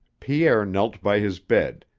pierre knelt by his bed,